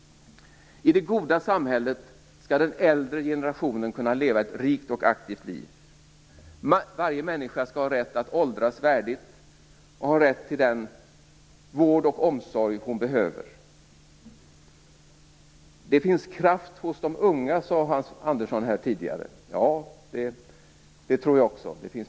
I det goda samhället skall den äldre generationen kunna leva ett rikt och aktivt liv. Varje människa skall ha rätt att åldras värdigt och ha rätt till den vård och omsorg hon behöver. Det finns kraft hos de unga sade Hans Andersson tidigare. Ja, det tror jag också.